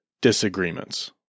disagreements